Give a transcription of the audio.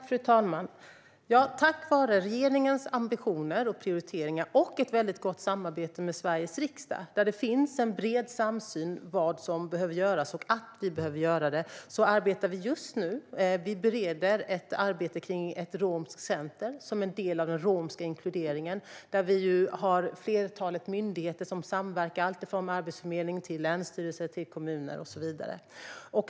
Fru talman! Tack vare regeringens ambitioner och prioriteringar samt ett väldigt gott samarbete med Sveriges riksdag, där det finns en bred samsyn om vad som behöver göras och att vi behöver göra det, bereder vi just nu ett arbete som rör ett romskt center. Detta är en del av den romska inkluderingen, där ett flertal myndigheter samverkar - Arbetsförmedlingen, länsstyrelser, kommuner och så vidare.